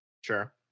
Sure